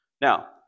Now